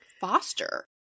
foster